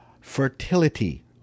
fertility